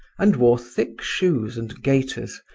and wore thick shoes and gaiters,